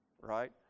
right